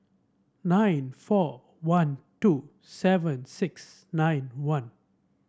nine four one two seven six nine one